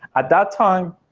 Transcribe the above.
at that time,